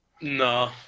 No